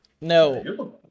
no